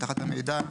אבטחת המידע,